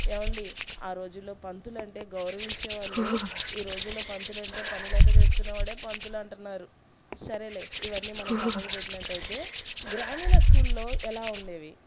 ఏవండి ఆ రోజుల్లో పంతులంటే గౌరవించేవాళ్ళు ఈ రోజుల్లో పంతులంటే పని లేక చేసుకునేవాడే పంతులు అంటున్నారు సరేలే ఇవన్నీ మనం పక్కకు పెట్టినట్టయితే గ్రామీణ స్కూల్లో ఎలా ఉండేవి